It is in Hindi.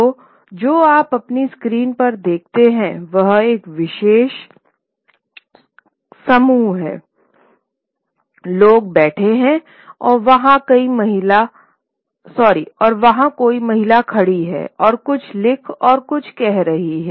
तो जो आप अपनी स्क्रीन पर देखते हैं वह एक विशेष का एक समूह है लोग बैठे हैं और वहां कोई महिला खड़ी है और कुछ लिख और कुछ कह रही है